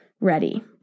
ready